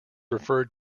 referred